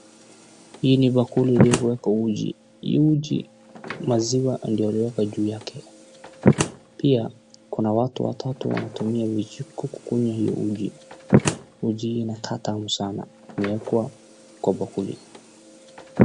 Hii ni bakuli iliyowekwa uji hii uji maziwa ndo walieka juu yake pia kuna watu watatu wanatumia vijiko kukunywa hio uji. Uji hii inaaka tamu sana imewekwa kwa bakuli.